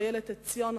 איילת עציון,